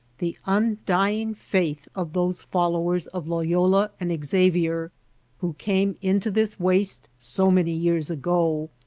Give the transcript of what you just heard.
the undying faith of those followers of loyola and xavier who came into this waste so many years ago.